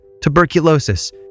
tuberculosis